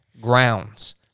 grounds